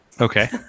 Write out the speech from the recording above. Okay